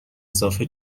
اضافه